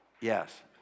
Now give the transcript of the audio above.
Yes